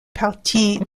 partie